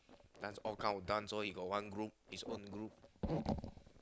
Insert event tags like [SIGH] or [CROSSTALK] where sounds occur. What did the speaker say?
dance all kind of dance lor he got one group his own group [NOISE]